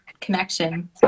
connection